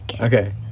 Okay